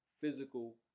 physical